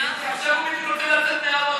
עכשיו הוא בדיוק רוצה לצאת מהארון.